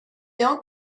don’t